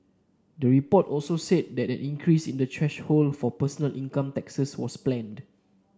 the report also said that an increase in the thresholds for personal income taxes was planned